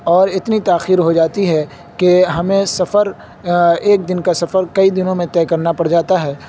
اور اتنی تاخیر ہو جاتی ہے کہ ہمیں سفر ایک دن کا سفر کئی دنوں میں طے کرنا پڑ جاتا ہے